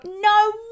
no